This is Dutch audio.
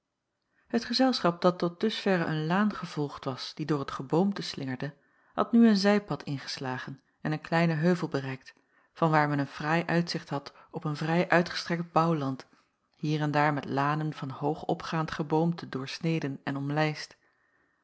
het gezelschap dat tot dusverre een laan gevolgd was die door t geboomte slingerde had nu een zijpad ingeslagen en een kleinen heuvel bereikt vanwaar men een fraai uitzicht had op een vrij uitgestrekt bouwland hier en daar met lanen van hoog opgaand geboomte doorsneden en omlijst